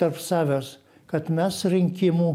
tarp savęs kad mes rinkimų